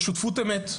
של שותפות אמת,